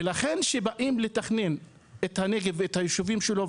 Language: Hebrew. ולכן כשבאים לתכנן את הנגב ואת הישובים שלו,